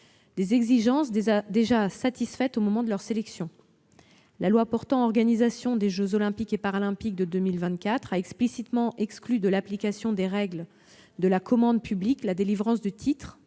des exigences déjà satisfaites au moment de leur sélection. La loi relative à l'organisation des jeux Olympiques et Paralympiques de 2024 a explicitement exclu de l'application des règles de la commande publique la délivrance de titres